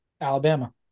Alabama